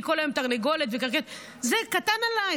כל היום "תרנגולת" ו"מקרקרת" זה קטן עליי,